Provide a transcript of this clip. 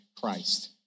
Christ